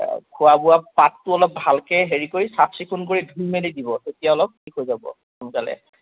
খোৱা বোৱা পাতটো অলপ ভালকৈ হেৰি কৰি চাফ চিকুণ কৰি ধুই মেলি দিব তেতিয়া অলপ ঠিক হৈ যাব সোনকালে